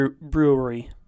Brewery